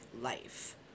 life